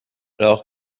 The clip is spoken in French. alors